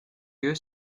lieu